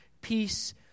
peace